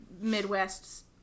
Midwest